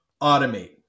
Automate